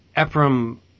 Ephraim